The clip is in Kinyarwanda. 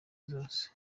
zose